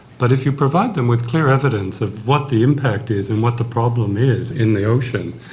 but if you provide them with clear evidence of what the impact is and what the problem is in the ocean,